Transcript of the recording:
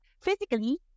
Physically